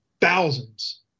thousands